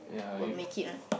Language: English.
will make it one